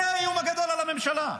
זה האיום הגדול על הממשלה,